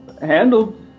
handled